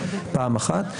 פעם אחת.